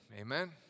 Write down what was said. Amen